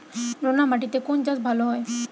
নোনা মাটিতে কোন চাষ ভালো হয়?